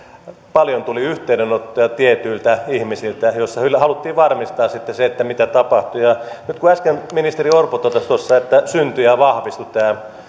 paljon tuli tietyiltä ihmisiltä yhteydenottoja joissa haluttiin varmistaa se mitä sitten tapahtuu nyt kun äsken ministeri orpo totesi että syntyi ja ja vahvistui tämä